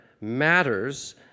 matters